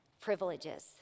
privileges